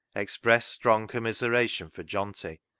expressed strong commiseration for johnty,